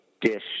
dish